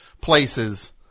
places